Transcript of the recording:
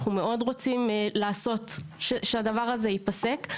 מאוד רוצים לעשות שהדבר הזה ייפסק.